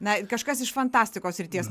na kažkas iš fantastikos srities